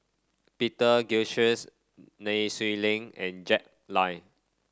Peter Gilchrist Nai Swee Leng and Jack Lai